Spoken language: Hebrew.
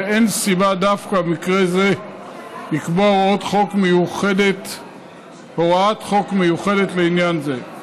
ואין סיבה דווקא במקרה זה לקבוע הוראת חוק מיוחדת לעניין זה.